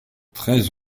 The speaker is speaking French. treize